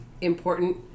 important